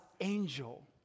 angel